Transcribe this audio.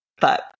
But-